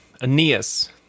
Aeneas